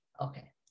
Okay